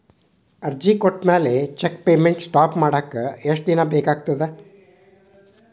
ಅರ್ಜಿ ಕೊಟ್ಮ್ಯಾಲೆ cheque payment stop ಮಾಡಾಕ ಎಷ್ಟ ದಿನಾ ಬೇಕಾಗತ್ತಾ